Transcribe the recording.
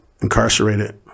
incarcerated